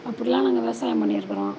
அப்படில்லாம் நாங்கள் விவசாயம் பண்ணிருக்கிறோம்